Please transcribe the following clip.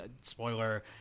spoiler